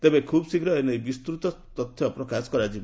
ତେବେ ଖୁବ୍ଶୀଘ୍ର ଏ ନେଇ ବିସ୍ତୃତ ତଥ୍ୟ ପ୍ରକାଶ କରାଯିବ